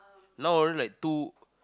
not only two